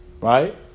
right